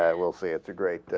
and will say it's a great ah.